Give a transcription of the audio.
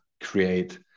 create